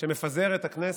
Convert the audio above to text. שמפזר את הכנסת,